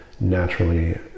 naturally